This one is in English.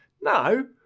No